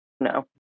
no